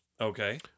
okay